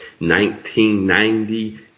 1990